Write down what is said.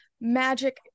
magic